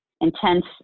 intense